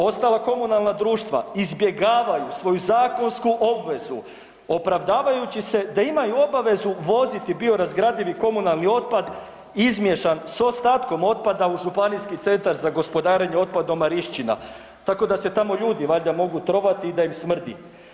Ostala komunalna društva izbjegavaju svoju zakonsku obvezu opravdavajući se da imaju obavezu voziti biorazgradivi komunalni otpad izmiješan s ostatkom otpada u Županijski centar za gospodarenje otpadom Marišćina, tako da se tamo ljudi valjda mogu trovati i da im smrdi.